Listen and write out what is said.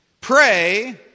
pray